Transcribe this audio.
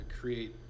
create